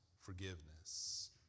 forgiveness